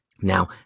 Now